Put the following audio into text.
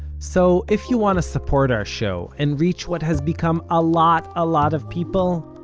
so if you want to support our show, and reach what has become a lot a lot of people,